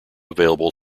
available